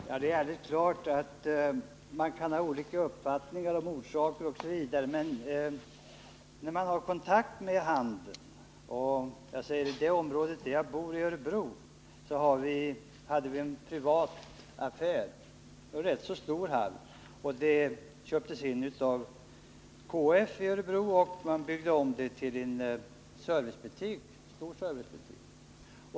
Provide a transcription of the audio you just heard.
Herr talman! Det är alldeles klart att man kan ha olika meningar om orsaker och annat. I det område i Örebro där jag bor hade vi en privat affär, en rätt så stor hall. Affären köptes in av KF i Örebro och byggdes om till en stor servicebutik.